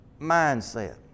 mindset